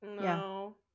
No